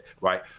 right